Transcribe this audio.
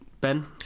Ben